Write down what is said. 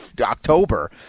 october